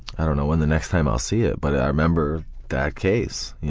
i don't know and the next time i'll see it, but i remember that case. yeah